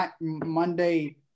Monday